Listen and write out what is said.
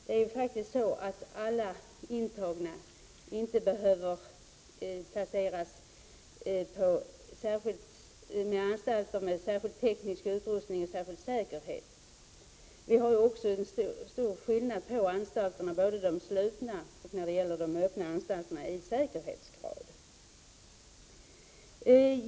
Det är faktiskt så att inte alla intagna behöver placeras på anstalter med särskild teknisk utrustning och med särskild säkerhet. Vi har också en stor skillnad på anstalterna, både de slutna och de öppna, i säkerhetsgrad.